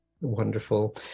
Wonderful